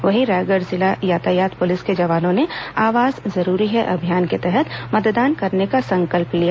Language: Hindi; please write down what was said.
वहीं रायगढ़ जिला यातायात पुलिस के जवानों ने आवाज जरूरी है अभियान के तहत मतदान करने का संकल्प लिया